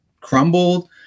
crumbled